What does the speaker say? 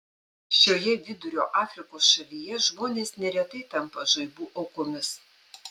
šioje vidurio afrikos šalyje žmonės neretai tampa žaibų aukomis